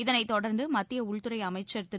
இதனைத் தொடர்ந்து மத்திய உள்துறை அமைச்சர் திரு